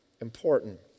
important